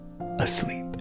asleep